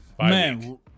Man